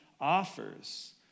offers